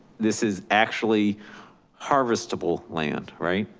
this is actually harvestable land, right?